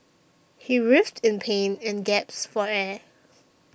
he writhed in pain and gasped for air